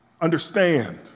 understand